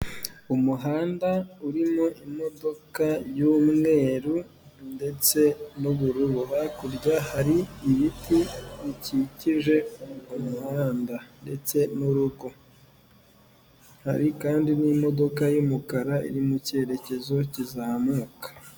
Umuhanda urimo imodoka y'umweru ndetse n'ubururu, hakurya hari ibiti bikikije umuhanda ndetse n'urugo. Hari kandi n'imodoka y'umukara iri mu kerekezo kizamuka.